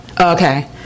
Okay